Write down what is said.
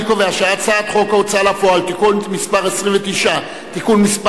אני קובע שהצעת חוק ההוצאה לפועל (תיקון מס' 29) (תיקון מס'